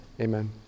Amen